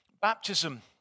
baptism